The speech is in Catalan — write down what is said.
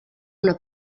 una